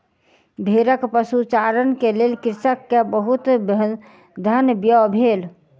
भेड़क पशुचारण के लेल कृषक के बहुत धन व्यय भेल